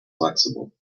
flexible